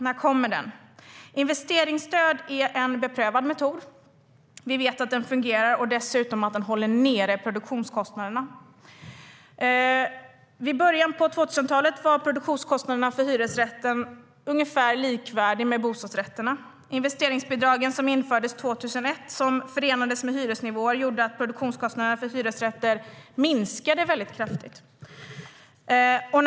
När kommer den? Investeringsstöd är en beprövad metod. Vi vet att den fungerar, och dessutom håller det nere produktionskostnaderna. I början av 2000-talet var produktionskostnaderna för hyresrätter ungefär likvärdiga med dem för bostadsrätter. Investeringsbidragen, som infördes 2001 och som förenades med hyresnivåer, gjorde att produktionskostnaderna för hyresrätter minskade kraftigt.